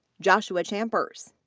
joshua chambers,